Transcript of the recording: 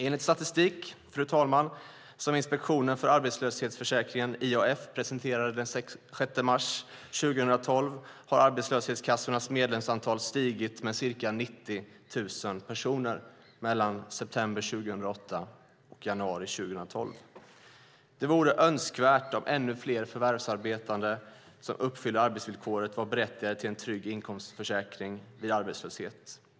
Enligt statistik som Inspektionen för arbetslöshetsförsäkringen, IAF, presenterade den 6 mars 2012 har arbetslöshetskassornas medlemsantal stigit med ca 90 000 personer mellan september 2008 och januari 2012. Det vore önskvärt om ännu fler förvärvsarbetande som uppfyller arbetsvillkoret var berättigade till en trygg inkomstförsäkring vid arbetslöshet.